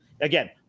Again